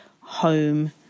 home